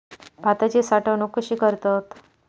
भाताची साठवूनक कशी करतत?